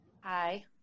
hi